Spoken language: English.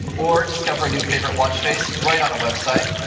or discover new favorite watch face right on a website,